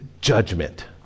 judgment